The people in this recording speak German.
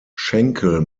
schenkel